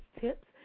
Tips